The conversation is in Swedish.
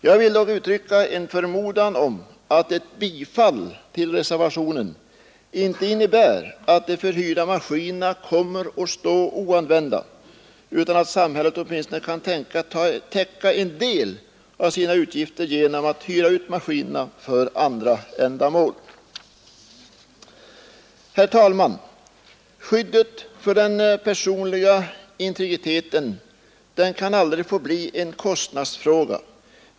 Jag vill dock uttrycka en förmodan om att ett bifall till reservationen inte innebär att de förhyrda maskinerna kommer att stå oanvända, utan att samhället åtminstone kan täcka en del av sina utgifter genom att hyra ut maskinerna för andra ändamål. Herr talman! Skyddet för den personliga integriteten kan aldrig få bli en kostnadsfråga.